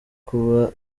kuba